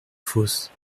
fosse